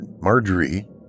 Marjorie